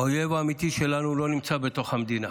האויב האמיתי שלנו לא נמצא בתוך המדינה.